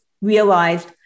realized